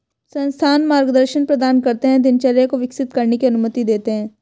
संस्थान मार्गदर्शन प्रदान करते है दिनचर्या को विकसित करने की अनुमति देते है